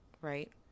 right